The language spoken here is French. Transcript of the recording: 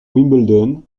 wimbledon